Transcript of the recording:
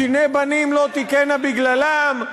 שיני בנים לא תקהינה בגללם?